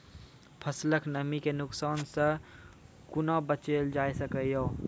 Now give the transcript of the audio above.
फसलक नमी के नुकसान सॅ कुना बचैल जाय सकै ये?